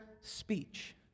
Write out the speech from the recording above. speech